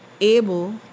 able